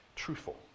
truthful